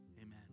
Amen